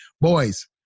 boys